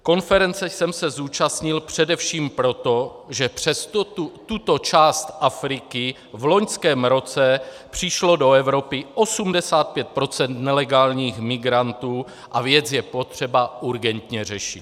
Konference jsem se zúčastnil především proto, že přes tuto část Afriky v loňském roce přišlo do Evropy 85 % nelegálních migrantů a věc je potřeba urgentně řešit.